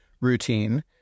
routine